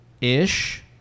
ish